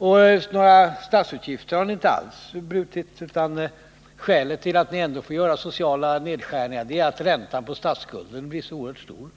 Ökningen av statsutgifterna har ni inte alls brutit, utan skälet till att ni ändå får göra sociala nedskärningar är att räntan på statsskulden blivit så oerhört stor.